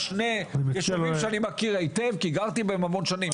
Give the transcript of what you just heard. שני ישובים שאני מכיר היטב כי גרתי בהם שנים רבות,